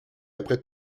après